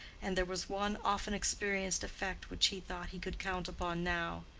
and there was one often-experienced effect which he thought he could count upon now.